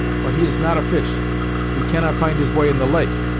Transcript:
but he is not a fish he cannot find his way in the lake.